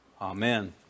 amen